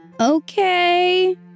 Okay